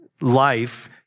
life